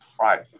Right